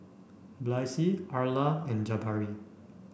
Blaise Arla and Jabari